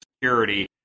Security